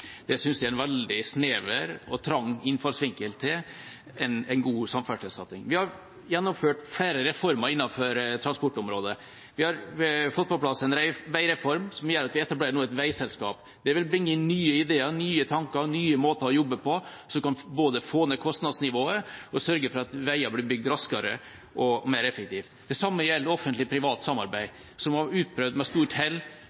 Det synes jeg er en veldig snever og trang innfallsvinkel til en god samferdselssatsing. Vi har gjennomført flere reformer innenfor transportområdet, vi har fått på plass en veireform som gjør at vi nå etablerer et veiselskap. Det vil bringe inn nye ideer, nye tanker og nye måter å jobbe på som både kan få ned kostnadsnivået og sørge for at veier blir bygd raskere og mer effektivt. Det samme gjelder offentlig-privat samarbeid, som har vært utprøvd med